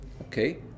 okay